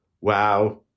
wow